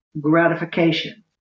gratification